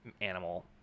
animal